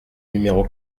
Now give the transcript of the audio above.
numéro